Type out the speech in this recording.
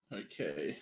okay